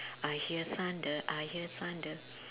I hear thunder I hear thunder